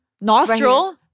nostril